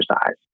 exercise